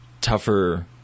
tougher